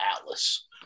Atlas